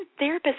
therapists